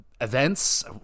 events